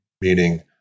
meaning